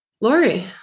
Lori